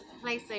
place